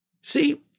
See